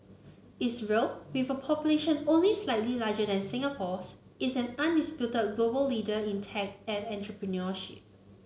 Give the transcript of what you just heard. Israel with a population only slightly larger than Singapore's is an undisputed global leader in tech and entrepreneurship